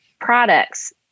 products